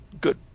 good